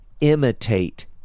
imitate